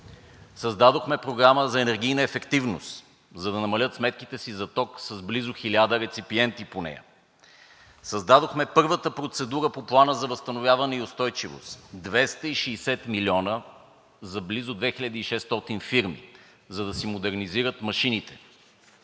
Създадохме Програма за енергийна ефективност, за да намалят сметките си за ток близо хиляда реципиенти по нея. Създадохме първата процедура по Плана за възстановяване и устойчивост – 260 милиона за близо 2600 фирми, за да си модернизират машините.